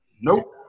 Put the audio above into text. Nope